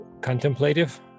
contemplative